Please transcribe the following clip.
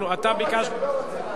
הוא לא רוצה,